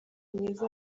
mwiza